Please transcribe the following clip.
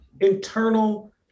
internal